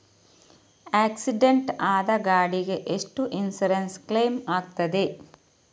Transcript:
Accident ಆದ ಗಾಡಿಗೆ ಎಷ್ಟು ಇನ್ಸೂರೆನ್ಸ್ ಕ್ಲೇಮ್ ಆಗ್ತದೆ?